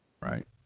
Right